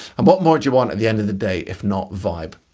and what more do you want at the end of the day if not vibe?